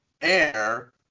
air